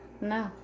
No